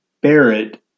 Barrett